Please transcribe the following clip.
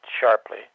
sharply